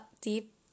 deep